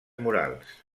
murals